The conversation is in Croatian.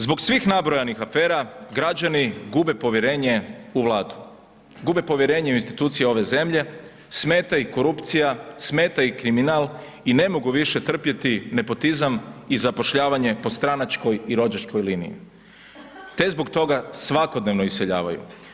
Zbog svih nabrojanih afera građani gube povjerenje u Vladu, gube povjerenje u institucije ove zemlje, smeta ih korupcija, smeta ih kriminal i ne mogu više trpjeti nepotizam i zapošljavanje po stranačkoj i rođačkoj liniji te zbog toga svakodnevno iseljavaju.